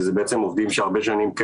כי זה בעצם עובדים שהרבה שנים כן